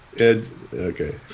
Okay